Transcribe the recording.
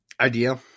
idea